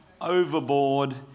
overboard